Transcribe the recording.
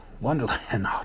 Wonderland